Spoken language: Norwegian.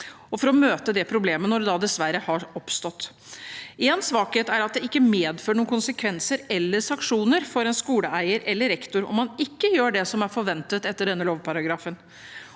og for å møte det problemet når det – dessverre – har oppstått. Én svakhet er at det ikke medfører noen konsekvenser eller sanksjoner for en skoleeier eller rektor om man ikke gjør det som er forventet etter denne lovparagrafen.